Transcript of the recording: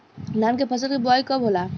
धान के फ़सल के बोआई कब होला?